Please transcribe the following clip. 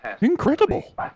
Incredible